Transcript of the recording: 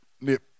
nip